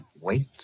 wait